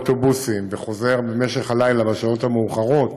וחוזר במשך הלילה בשעות המאוחרות,